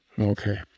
Okay